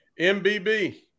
MBB